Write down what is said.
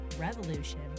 revolution